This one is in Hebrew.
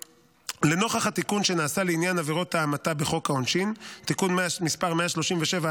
לנוכח התיקון שנעשה לעניין עבירות ההמתה בחוק העונשין (תיקון מס' 137),